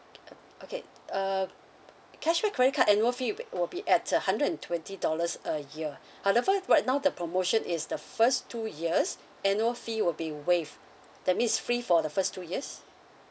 okay um cashback credit card annual fee will be will be at a hundred and twenty dollars a year however right now the promotion is the first two years annual fee will be waived that means free for the first two years